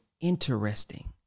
interesting